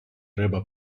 риба